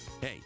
Hey